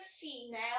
female